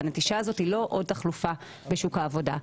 והנטישה הזאת היא לא עוד תחלופה בשוק העבודה.